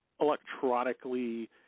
electronically